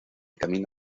camina